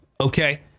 Okay